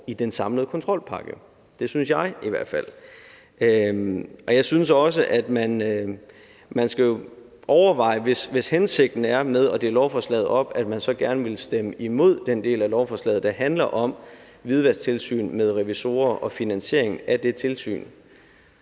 i den samlede kontrolpakke. Det synes jeg i hvert fald. Hvis hensigten med at dele lovforslaget op er, at man så gerne vil stemme imod den del af lovforslaget, der handler om hvidvasktilsyn med revisorer og finansiering af det tilsyn,